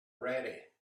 ready